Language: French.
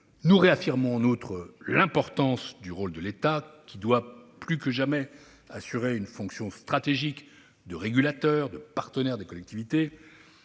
Nous réaffirmons en outre l'importance du rôle de l'État. Il doit plus que jamais assurer la fonction stratégique de régulateur et de partenaire des collectivités.